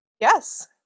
Yes